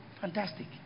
Fantastic